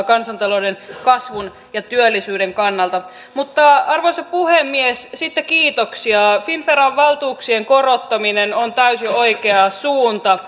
kansantalouden kasvun ja työllisyyden kannalta mutta arvoisa puhemies sitten kiitoksia finnveran valtuuksien korottaminen on täysin oikea suunta